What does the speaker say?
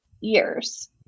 years